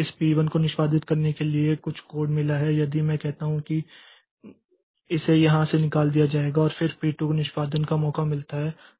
इस P1 को निष्पादित करने के लिए कुछ कोड मिला है और यदि मैं कहता हूं कि इसे यहां से निकाल दिया जाएगा और फिर P2 को निष्पादन का मौका मिलता है